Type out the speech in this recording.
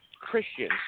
Christians